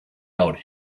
out